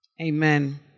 Amen